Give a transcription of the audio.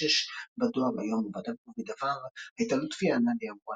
– בדואר היום ובדבר – הייתה לוטפיה א-נאדי אמורה